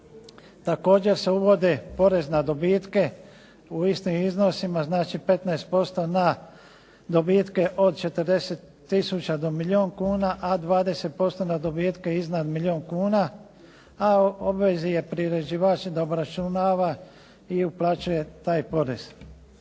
Također se uvode porez na dobitke u istim iznosima. Znači, 15% na dobitke od 40000 do milijun kuna, a 20% na dobitke iznad milijun kuna, a u obvezi je priređivač da obračunava i uplaćuje taj porez.